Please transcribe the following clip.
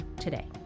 today